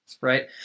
right